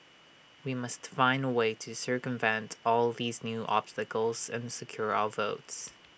we must find A way to circumvent all these new obstacles and secure our votes